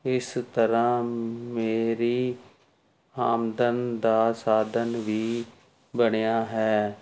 ਇਸ ਤਰ੍ਹਾਂ ਮੇਰੀ ਆਮਦਨ ਦਾ ਸਾਧਨ ਵੀ ਬਣਿਆ ਹੈ